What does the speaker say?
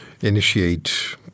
initiate